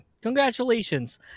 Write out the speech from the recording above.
congratulations